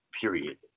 Period